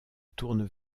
tournent